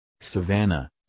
savannah